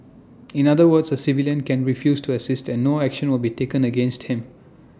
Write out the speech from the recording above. in other words A civilian can refuse to assist and no action will be taken against him